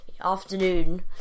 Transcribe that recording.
afternoon